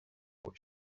what